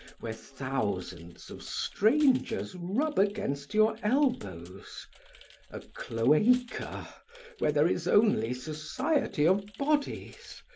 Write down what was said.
where thousands of strangers rub against your elbows a cloaca where there is only society of bodies,